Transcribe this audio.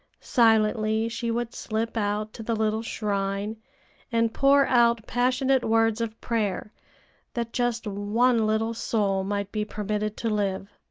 silently she would slip out to the little shrine and pour out passionate words of prayer that just one little soul might be permitted to live.